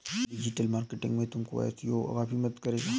digital marketing में तुमको SEO काफी मदद करेगा